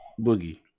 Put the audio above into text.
Boogie